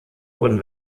wurden